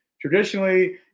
Traditionally